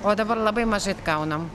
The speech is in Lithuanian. o dabar labai mažai gaunam